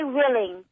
willing